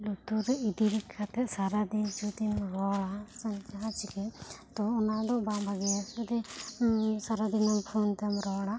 ᱞᱩᱛᱩᱨ ᱨᱮ ᱤᱫᱤ ᱠᱟᱛᱮ ᱥᱟᱨᱟ ᱫᱤᱱ ᱡᱩᱫᱤᱢ ᱨᱚᱲᱟ ᱥᱮ ᱡᱟᱦᱟᱸ ᱪᱤᱠᱟᱜ ᱛᱚ ᱚᱱᱟ ᱫᱚ ᱵᱟᱝ ᱵᱷᱟᱹᱜᱤᱭᱟ ᱡᱩᱫᱤ ᱥᱟᱨᱟ ᱫᱤᱱᱮᱢ ᱯᱷᱳᱱ ᱛᱮᱢ ᱨᱚᱲᱟ